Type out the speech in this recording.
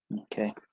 Okay